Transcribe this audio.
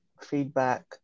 feedback